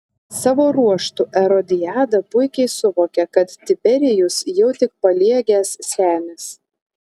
savo ruožtu erodiada puikiai suvokia kad tiberijus jau tik paliegęs senis